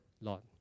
Lord